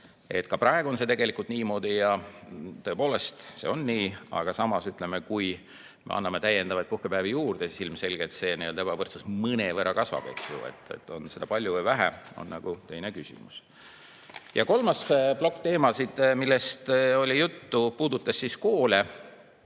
et ka praegu on see tegelikult niimoodi. Tõepoolest, see on nii. Aga samas, kui me anname täiendavaid puhkepäevi juurde, siis ilmselgelt see ebavõrdsus mõnevõrra kasvab, eks ju. On seda palju või vähe, see on nagu teine küsimus. Kolmas plokk teemasid, millest oli juttu, puudutas koole.